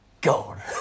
God